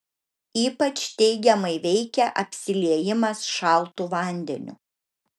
ypač teigiamai veikia apsiliejimas šaltu vandeniu